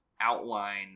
outline